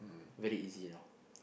very easy you know